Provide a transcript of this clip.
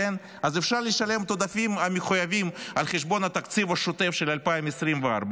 אז אפשר לשלם את העודפים המחויבים על חשבון התקציב השוטף של 2024,